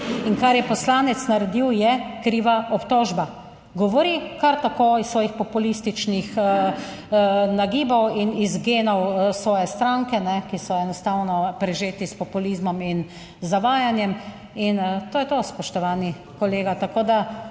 in kar je poslanec naredil, je kriva obtožba. Govori kar tako iz svojih populističnih nagibov in iz genov svoje stranke, ki so enostavno prežeti s populizmom in zavajanjem in to je to, spoštovani kolega.